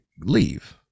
leave